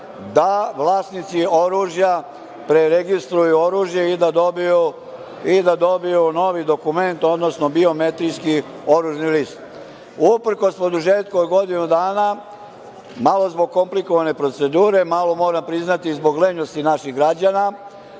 da vlasnici oružja preregistruju oružje i da dobiju novi dokument, odnosno biometrijski oružani list. Uprkos produžetku od godinu dana, malo zbog komplikovane procedure, malo moram priznati zbog lenjosti naših građana,